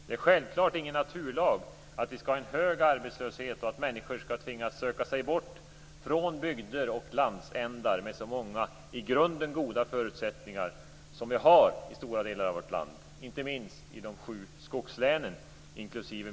Det är självklart ingen naturlag att vi skall ha en hög arbetslöshet och att människor skall tvingas söka sig bort från bygder och landsändar med så många i grunden goda förutsättningar som vi har i stora delar av vårt land, inte minst i de sju skogslänen.